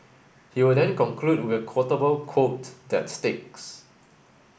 he will then conclude with a quotable quote that sticks